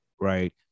right